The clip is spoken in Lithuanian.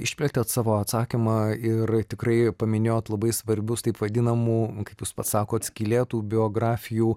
išplėtėt savo atsakymą ir tikrai paminėjot labai svarbius taip vadinamų kaip jūs pats sakot skylėtų biografijų